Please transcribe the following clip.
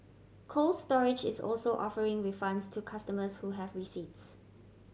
Cold Storage is also offering refunds to customers who have receipts